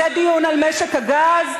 זה דיון על משק הגז?